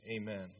Amen